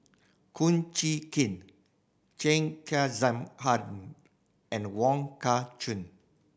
Kum Chee Kin Chen Kezhan and Wong Kah Chun